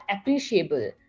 appreciable